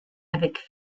avec